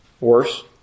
worse